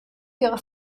ihre